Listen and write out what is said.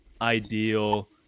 ideal